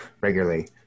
regularly